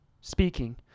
speaking